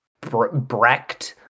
Brecht